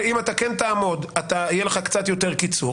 אם אתה כן תעמוד יהיה לך קצת יותר קיצור.